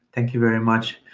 thank you very much.